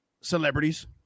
celebrities